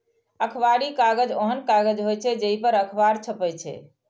अखबारी कागज ओहन कागज होइ छै, जइ पर अखबार छपै छै